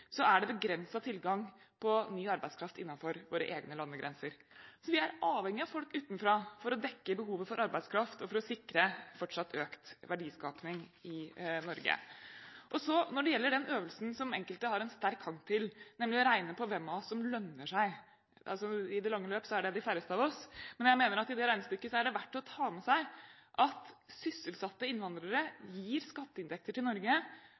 Så til den øvelsen som enkelte har en sterk hang til, nemlig å regne på hvem av oss som lønner seg – i det lange løp er det de færreste av oss. Men jeg mener at i det regnestykket er det verdt å ta med seg at sysselsatte innvandrere gir skatteinntekter til Norge